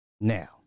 Now